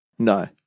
No